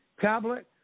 tablet